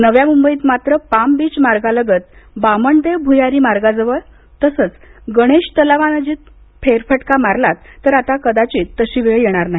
नव्या मुंबईत मात्र पाम बीच मार्गालगत बामणदेव भ्यारी मार्गाजवळ तसंच गणेश तलावानजिक फेरफटका मारलात तर आता कदाचित तशी वेळ येणार नाही